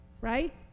right